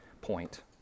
point